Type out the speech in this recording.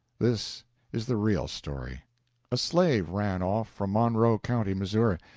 this is the real story a slave ran off from monroe county, missouri,